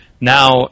now